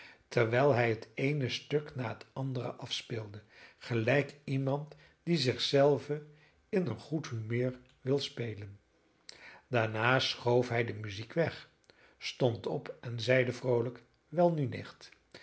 terwijl hij het eene stuk na het andere afspeelde gelijk iemand die zich zelven in een goed humeur wil spelen daarna schoof hij de muziek weg stond op en zeide vroolijk welnu nicht